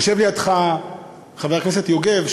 יושב לידך חבר הכנסת יוגב,